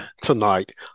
tonight